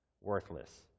worthless